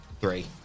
Three